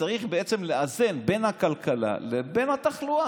צריך בעצם לאזן בין הכלכלה לבין התחלואה.